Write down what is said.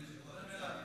אל תעבור.